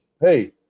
hey